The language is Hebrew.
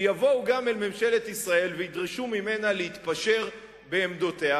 שיבואו גם אל ממשלת ישראל וידרשו ממנה להתפשר בעמדותיה,